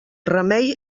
remei